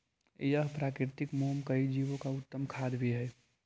यह प्राकृतिक मोम कई जीवो का उत्तम खाद्य भी हई